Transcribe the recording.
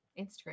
instagram